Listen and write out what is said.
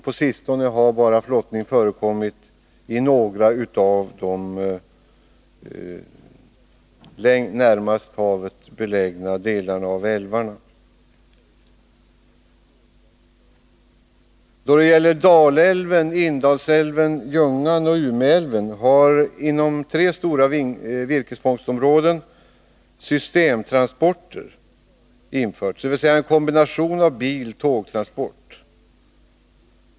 På sistone har flottning bara förekommit i några av de närmast havet belägna delarna av älvarna. Då det gäller Dalälven, Indalsälven-Ljungan och Umeälven har inom tre stora virkesfångstområden systemtransporter, dvs. en kombination av biloch tågtransport, börjat tillämpas.